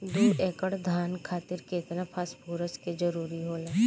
दु एकड़ धान खातिर केतना फास्फोरस के जरूरी होला?